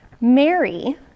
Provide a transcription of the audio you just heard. Mary